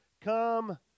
come